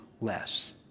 less